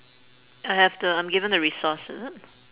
I have the I'm given the resource is it